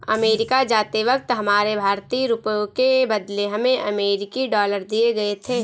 America जाते वक्त हमारे भारतीय रुपयों के बदले हमें अमरीकी डॉलर दिए गए थे